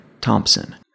Thompson